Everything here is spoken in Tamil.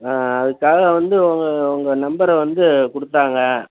ஆ அதுக்காக வந்து உங்கள் உங்கள் நம்பரை வந்து கொடுத்தாங்க